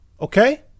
Okay